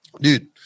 dude